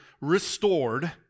restored